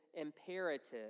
imperative